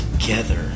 together